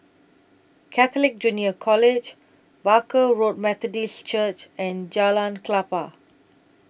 Catholic Junior College Barker Road Methodist Church and Jalan Klapa